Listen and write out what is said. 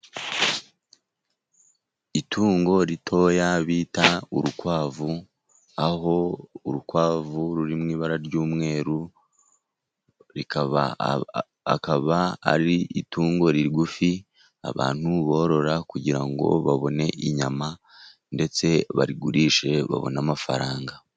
Itungo rito bita urukwavu, aho urukwavu ruri mu ibara ry'umweru, akaba ari itungo rigufi abantu borora kugira ngo babone inyama ndetse barigurishe babone amafaranga.